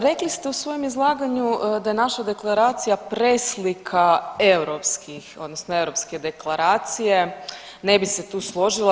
Rekli ste u svojem izlaganju da je naša deklaracija preslika europskih odnosno europske deklaracije, ne bi se tu složila.